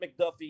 McDuffie